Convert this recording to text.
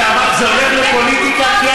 אתה הולך לפוליטיקה.